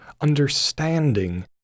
understanding